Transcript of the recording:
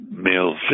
Male